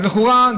אז לכאורה,